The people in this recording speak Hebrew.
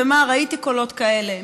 ראיתי קולות כאלה.